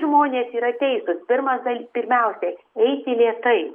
žmonės yra teisūs pirmas dal pirmiausiai eiti lėtai